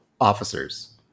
officers